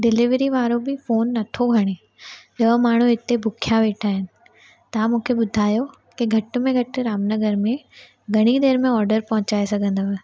delivery वारो बि phone नथो खणे ॾह माण्हू हिते बुख्या वेठा आहिनि तव्हां मूंखे ॿुधायो की घटि में घटि रामनगर में घणी देरि मां ऑडर पहुचाए सघंदव